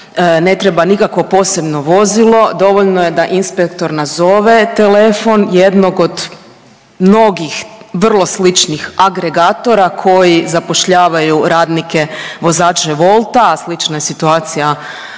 ne treba nikakvo posebno vozilo, dovoljno je da inspektor nazove telefon jednog od mnogih vrlo sličnih agregatora koji zapošljavaju radnike vozače Wolta, a slična je situacija